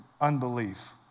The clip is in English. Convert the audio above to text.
unbelief